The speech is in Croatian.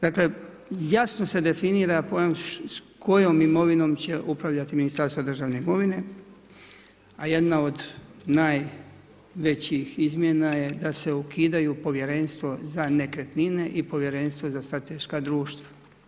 Dakle, jasno se definira pojam s kojom imovinom će upravljati Ministarstvo državne imovine, a jedna od najvećih izmjena da se ukidaju Povjerenstvo za nekretnine i Povjerenstvo za strateška društva.